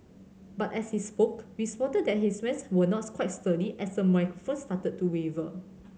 but as he spoke we spotted that his were not quite sturdy as the microphone started to waver